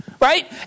Right